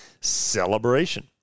celebration